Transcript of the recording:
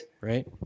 right